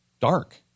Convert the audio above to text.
dark